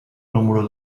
número